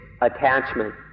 attachment